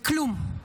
בכלום.